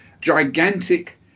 gigantic